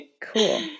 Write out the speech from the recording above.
Cool